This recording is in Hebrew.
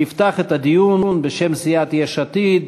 יפתח את הדיון, בשם סיעת יש עתיד,